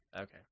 Okay